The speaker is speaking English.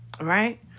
right